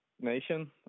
nation